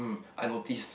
I notice